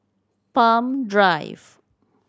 Palm Drive